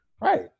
Right